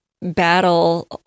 battle